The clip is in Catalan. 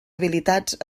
habilitats